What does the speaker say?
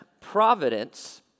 providence